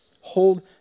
hold